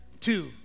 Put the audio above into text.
Two